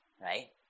right